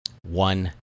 One